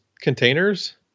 containers